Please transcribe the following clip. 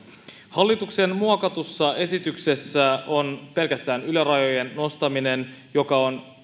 hallituksen muokatussa esityksessä on pelkästään ylärajojen nostaminen joka on